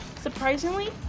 Surprisingly